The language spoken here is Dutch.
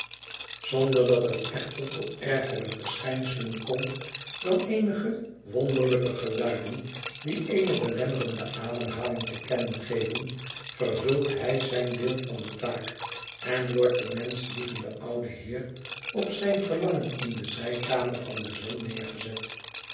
zonder dat het echter tot ergere verschijnselen komt dan eenige wonderlijke geluiden die eene belemmerde ademhaling te kennen geven vervult hij zijn deel van de taak en wordt de menschlievende oude heer op zijn verlangen in de zijkamer van de zon neergezet